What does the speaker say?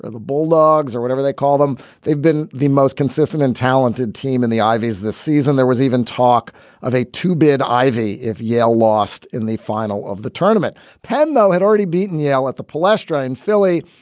the bulldogs or whatever they call them. they've been the most consistent and talented team in the ivies this season. there was even talk of a two bid ivy if yale lost in the final of the tournament. penn, though, had already beaten yale at the plasterer in philly.